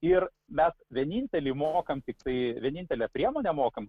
ir mes vienintelį mokam tiktai vienintelę priemonę mokam